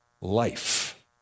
life